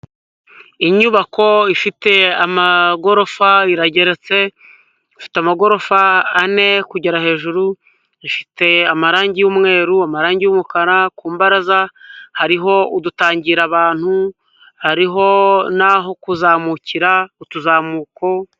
Ifasi ifite ibara ry'umweru iri mu muhanda hirya yayo hari umutaka w'umuhondo ufite inyuguti za ma ta na na biri mukazeru byose by'umukara hirya hari umumama ufite akabaga mu kaboko.